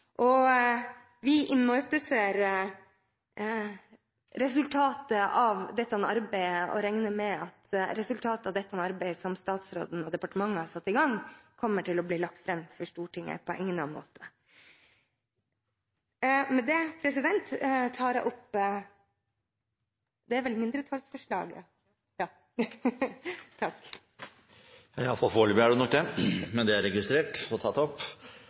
Vi imøteser resultatet av det arbeidet som statsråden og departementet har satt i gang, og regner med at det kommer til å bli lagt fram for Stortinget på egnet måte. Med dette tar jeg opp mindretallsforslaget. Representanten Anne Marit Bjørnflaten har tatt opp det forslaget hun refererte til. Neste taler er